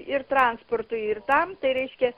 ir transportui ir tam tai reiškia